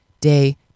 day